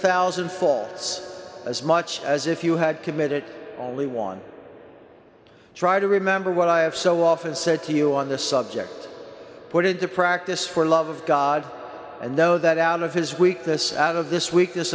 thousand faults as much as if you had committed only one try to remember what i have so often said to you on this subject put into practice for love of god and know that out of his week this out of this we